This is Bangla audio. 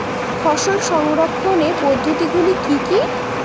ফসল সংরক্ষণের পদ্ধতিগুলি কি কি?